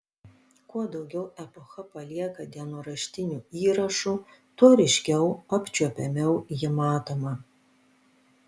kuo daugiau epocha palieka dienoraštinių įrašų tuo ryškiau apčiuopiamiau ji matoma